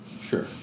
Sure